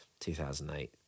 2008